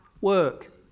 work